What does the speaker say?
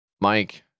Mike